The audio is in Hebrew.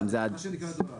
האם זה עד --- מה שנקרא דור א'.